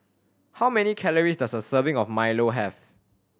how many calories does a serving of milo have